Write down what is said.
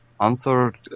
answered